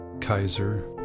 Kaiser